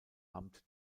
amt